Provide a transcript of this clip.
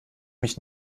mich